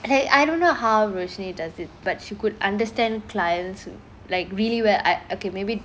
!hey! I don't know how rushni does it but she could understand clients like really well I okay maybe